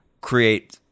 create